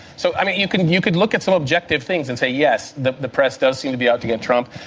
so, i mean, you could and you could look at some objective things and say, yes, the the press does seem to be out to get trump.